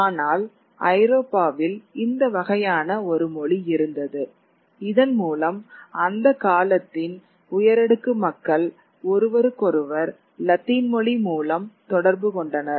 ஆனால் ஐரோப்பாவில் இந்த வகையான ஒரு மொழி இருந்தது இதன் மூலம் அந்த காலத்தின் உயரடுக்கு மக்கள் ஒருவருக்கொருவர் லத்தீன் மொழி மூலம் தொடர்பு கொண்டனர்